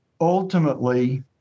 ultimately